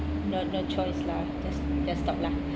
no no choice lah just just stop lah